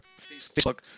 Facebook